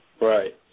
Right